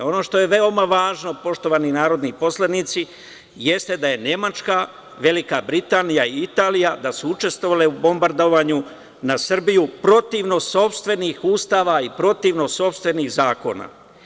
Ono što je veoma važno, poštovani narodni poslanici, jeste da su Nemačka, Velika Britanija i Italija učestvovale u bombardovanju na Srbiju protivno sopstvenih ustava i protivno sopstvenih zakona.